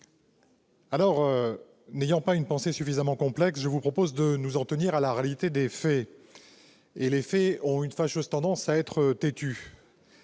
étant, n'ayant pas une pensée suffisamment complexe, je vous propose de nous en tenir à la réalité des faits, lesquels ont une fâcheuse tendance à être têtus